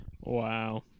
wow